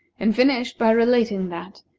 and finished by relating that,